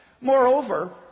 moreover